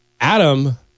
Adam